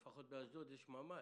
אתה בר מזל, לפחות באשדוד יש ממ"ד.